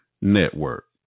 Network